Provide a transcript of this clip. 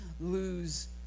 lose